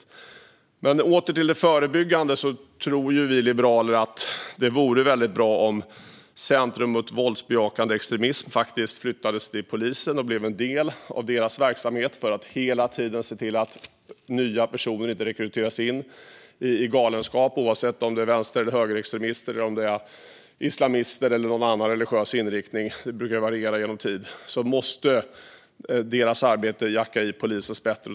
För att återgå till det förebyggande tror vi liberaler att det vore väldigt bra om Center mot våldsbejakande extremism flyttades till polisen och blev en del av deras verksamhet för att hela tiden se till att inte nya personer rekryteras in i galenskap. Oavsett om det är vänster eller högerextremister, islamister eller någon annan religiös inriktning - det brukar variera över tid - måste deras arbete jacka i polisens arbete bättre.